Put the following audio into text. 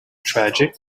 tragic